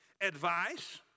Advice